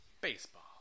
Baseball